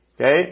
Okay